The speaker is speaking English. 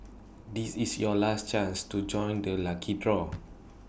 this is your last chance to join the lucky draw